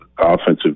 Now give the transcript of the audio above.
offensive